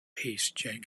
paced